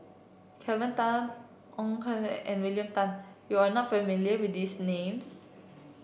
Kelvin Tan Ong Kian and William Tan you are not familiar with these names